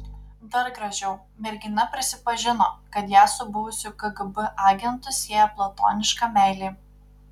dar gražiau mergina prisipažino kad ją su buvusiu kgb agentu sieja platoniška meilė